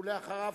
ואחריו,